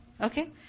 Okay